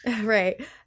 Right